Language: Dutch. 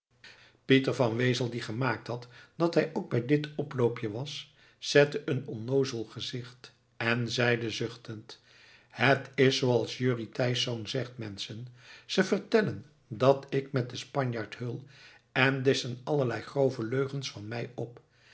pieter van wezel die gemaakt had dat hij ook bij dit oploopje was zette een onnoozel gezicht en zeide zuchtend het is zooals jurrie thysz zegt menschen ze vertellen dat ik met den spanjaard heul en disschen allerlei grove leugens van mij op